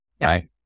Right